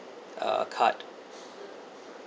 uh card